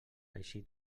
així